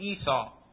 Esau